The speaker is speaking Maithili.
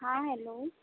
हँ हेलो